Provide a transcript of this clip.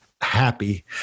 happy